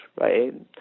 right